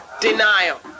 Denial